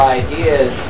ideas